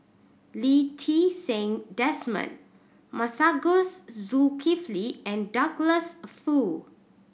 Lee Ti Seng Desmond Masagos Zulkifli and Douglas Foo